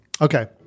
Okay